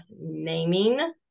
naming